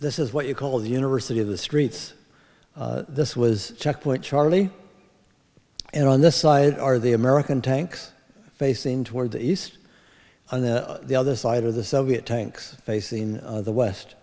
this is what you call the university of the streets this was checkpoint charlie and on this side are the american tanks facing toward the east and then the other side of the soviet tanks facing in the west